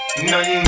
none